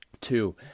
Two